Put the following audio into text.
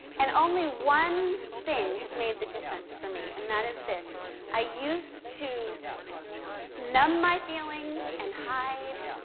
and only one thing has made the difference for me, and that is this i used to numb my feelings and hide,